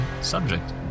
subject